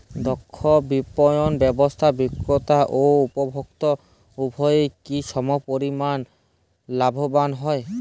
দক্ষ বিপণন ব্যবস্থায় বিক্রেতা ও উপভোক্ত উভয়ই কি সমপরিমাণ লাভবান হয়?